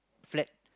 flat